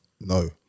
no